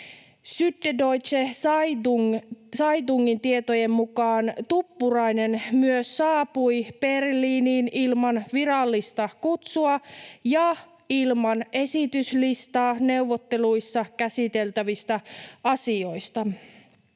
Süddeutsche Zeitungin tietojen mukaan Tuppurainen myös saapui Berliiniin ilman virallista kutsua ja ilman esityslistaa neuvotteluissa käsiteltävistä asioista.